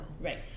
Right